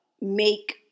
make